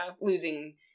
Losing